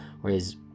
whereas